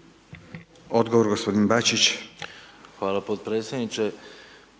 **Bačić, Ante (HDZ)** Hvala podpredsjedniče,